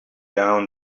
down